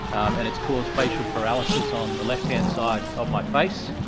and it's caused facial paralysis on the left-hand side of my face.